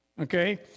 Okay